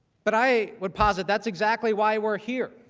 but i would posit that's exactly why we're here